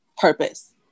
purpose